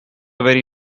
very